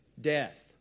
death